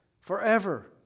forever